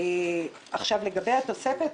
עכשיו לגבי התוספת.